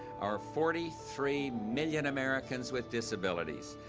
are forty three million americans with disabilities.